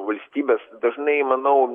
valstybes dažnai manau